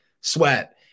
sweat